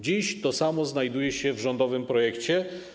Dziś to samo znajduje się w rządowym projekcie.